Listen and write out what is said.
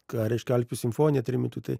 ką reiškia alpių simfonija trimitu tai